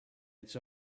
its